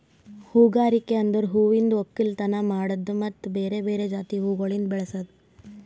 ಹೂಗಾರಿಕೆ ಅಂದುರ್ ಹೂವಿಂದ್ ಒಕ್ಕಲತನ ಮಾಡದ್ದು ಮತ್ತ ಬೇರೆ ಬೇರೆ ಜಾತಿ ಹೂವುಗೊಳ್ ಬೆಳಸದ್